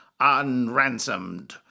unransomed